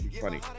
Funny